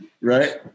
right